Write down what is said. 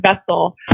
vessel